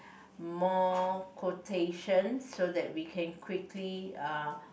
more quotation so that we can quickly uh